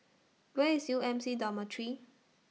Where IS U M C Dormitory